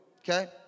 okay